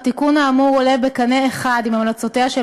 התיקון האמור עולה בקנה אחד עם המלצותיה של